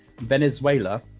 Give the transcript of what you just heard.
Venezuela